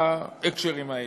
בהקשרים האלה.